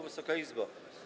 Wysoka Izbo!